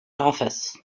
office